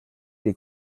des